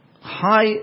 high